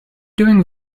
doing